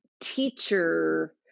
teacher